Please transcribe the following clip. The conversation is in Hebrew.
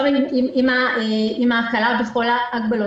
עם ההקלה בכל ההגבלות,